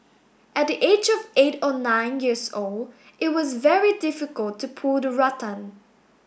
at the age of eight or nine years old it was very difficult to pull the rattan